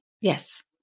Yes